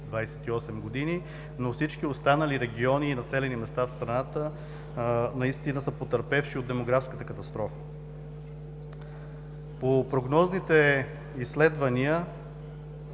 но всички останали региони и населени места в страната наистина са потърпевши от демографската катастрофа. По прогнозните изследвания